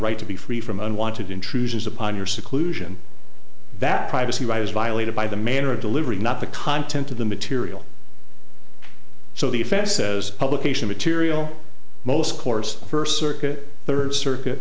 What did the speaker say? right to be free from unwanted intrusions upon your seclusion that privacy right is violated by the manner of delivery not the content of the material so the defense says publication material most courts first circuit third circuit